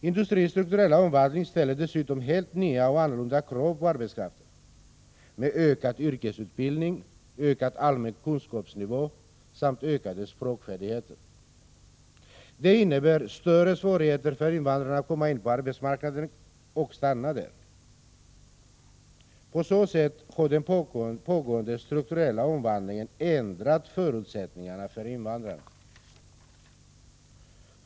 Industrins strukturella omvandling ställer dessutom helt nya och annorlunda krav på arbetskraften, med ökad yrkesutbildning, ökad allmän kunskapsnivå samt ökade språkfärdigheter. Det innebär större svårigheter för invandrarna att komma in på arbetsmarknaden och stanna där. På så sätt har den pågående strukturella omvandlingen ändrat förutsättningarna för invandrarna.